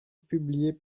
publiés